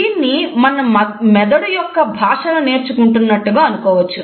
దీన్ని మన మెదడు యొక్క భాషను నేర్చుకుంటున్ననట్టుగా అనుకోవచ్చు